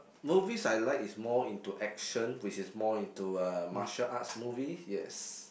movies I like is more into action which is more into uh martial arts movies yes